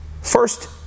first